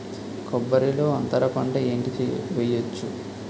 కొబ్బరి లో అంతరపంట ఏంటి వెయ్యొచ్చు?